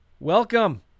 Welcome